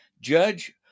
Judge